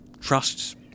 trusts